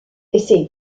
ces